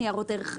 רשות ניירות ערך,